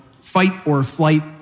fight-or-flight